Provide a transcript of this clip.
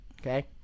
okay